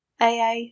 AA